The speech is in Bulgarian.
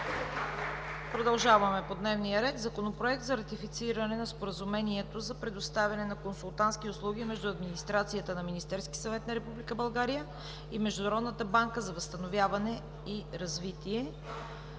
„Доклад относно Законопроект за ратифициране на Споразумението за предоставяне на консултантски услуги между администрацията на Министерския съвет на Република България и Международната банка за възстановяване и развитие,